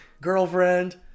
Girlfriend